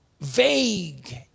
vague